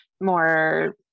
more